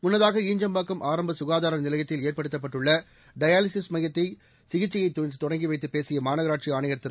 முன்னதாக ஈஞ்சம்பாக்கம் ஆரம்ப சுகாதார நிலையத்தில் ஏற்படுத்தப்பட்டுள்ள மையத்தில் சிகிச்சையை நேற்று தொடங்கி வைத்துப் பேசிய மாநகராட்சி ஆணையர் திரு